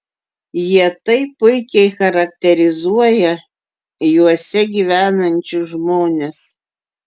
jie taip puikiai charakterizuoja juose gyvenančius žmones